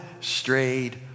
strayed